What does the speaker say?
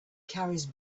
carries